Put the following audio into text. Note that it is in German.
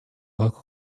teure